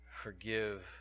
forgive